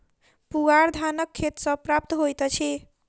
पुआर धानक खेत सॅ प्राप्त होइत अछि